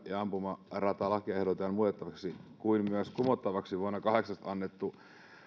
ja ampumaratalakia ehdotetaan muutettavaksi kuin myös kumottavaksi vuonna kahdeksantoista annettu